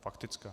Faktická.